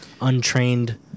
untrained